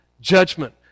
judgment